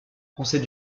français